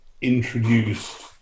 introduced